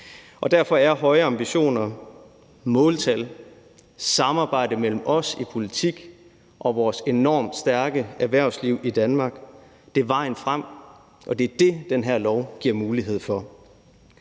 derfor er høje ambitioner, måltal, samarbejde mellem os i politik og vores enormt stærke erhvervsliv i Danmark vejen frem, og det er det, den her lov giver mulighed for.